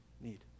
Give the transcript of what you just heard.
need